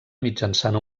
mitjançant